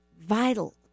vital